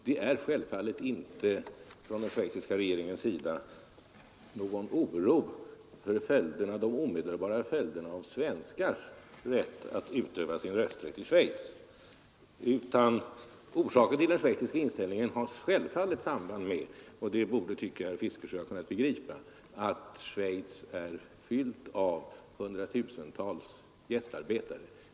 Den schweiziska regeringen hyser självfallet inte någon oro för omedelbara följder av att svenskar utövar sin rösträtt i Schweiz, utan den schweiziska inställningen har självfallet samband med — och det tycker jag att herr Fiskesjö borde ha kunnat begripa — att Schweiz är fyllt av hundratusentals gästarbetare.